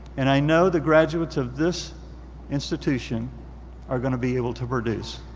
and i know the graduates of this institution are gonna be able to produce.